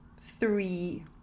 three